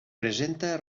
presenta